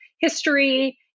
history